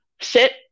Sit